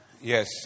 Yes